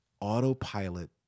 autopilot